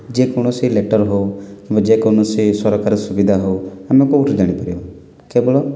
ଯେକୌଣସି ଲେଟର୍ ହେଉ କିମ୍ବା ଯେକୌଣସି ସରକାରୀ ସୁବିଧା ହେଉ ଆମେ କେଉଁଠି ଜାଣି ପାରିବା କେବଳ